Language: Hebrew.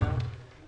שזו